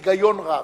היגיון רב.